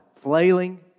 Flailing